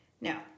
Now